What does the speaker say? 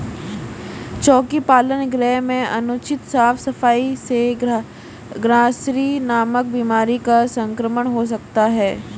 चोकी पालन गृह में अनुचित साफ सफाई से ग्रॉसरी नामक बीमारी का संक्रमण हो सकता है